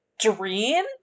dream